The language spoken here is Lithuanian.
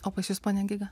o pas jus pone giga